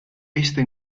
este